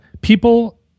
people